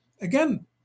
again